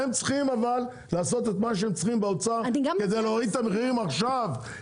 הם צריכים לעשות מה שהם צריכים באוצר כדי להוריד את המחירים עכשיו.